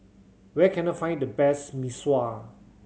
where can I find the best Mee Sua